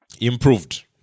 improved